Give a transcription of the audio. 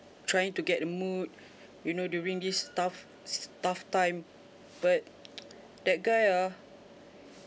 trying to get the mood you know during this tough tough time but that guy ah